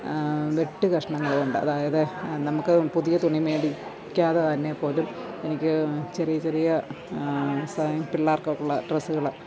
വെട്ടു കഷ്ണങ്ങൾ കൊണ്ട് അതായത് നമുക്ക് പുതിയ തുണി മേടിക്കാതെ തന്നെപോലും എനിക്ക് ചെറിയ ചെറിയ സാ പിള്ളേർക്കൊക്കെയുള്ള ഡ്രെസ്സുകള്